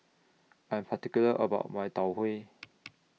I'm particular about My Tau Huay